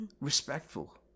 Respectful